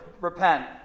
Repent